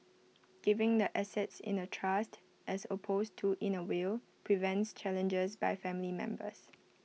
giving the assets in A trust as opposed to in A will prevents challenges by family members